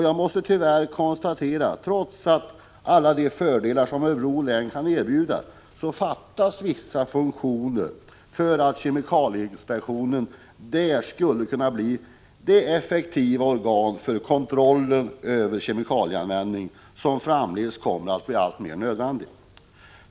Jag måste tyvärr konstatera att trots alla de fördelar som Örebro län kan erbjuda fattas vissa funktioner för att kemikalieinspektionen där skulle kunna bli det effektiva organ för kontroll av kemikalieanvändning som framdeles kommer att bli alltmer nödvändigt.